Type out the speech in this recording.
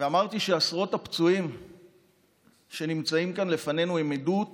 ואמרתי שעשרות הפצועים שנמצאים כאן לפנינו הם עדות